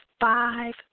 five